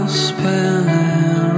spinning